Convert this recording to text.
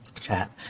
chat